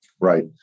Right